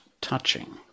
touching